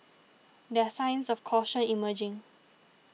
there are signs of caution emerging